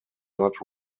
not